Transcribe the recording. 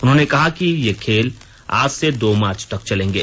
उन्होंने कहा कि ये खेल आज से दो मार्च तक चलेंगे